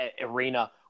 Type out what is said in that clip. arena